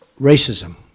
racism